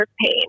pain